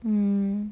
mm